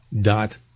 dot